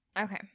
Okay